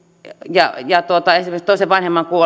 ja ja esimerkiksi toisen vanhemman